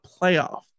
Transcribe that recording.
playoff